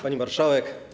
Pani Marszałek!